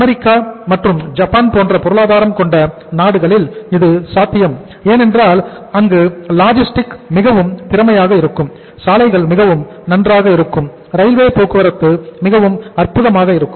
America மற்றும் Japan போன்ற பொருளாதாரம் கொண்ட நாடுகளில் இது சாத்தியம் ஏனென்றால் அங்கு லாஜிஸ்டிக்ஸ் மிகவும் திறமையாக இருக்கும் சாலைகள் மிகவும் நன்றாக இருக்கும் ரயில்வே போக்குவரத்து மிகவும் அற்புதமாக இருக்கும்